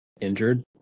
injured